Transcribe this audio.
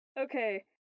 okay